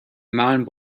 mind